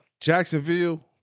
Jacksonville